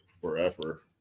forever